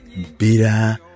Bira